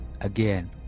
again